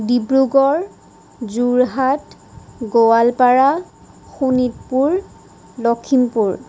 Dibrugarh Jorhat Goalpara Sonitpur Lakhimpur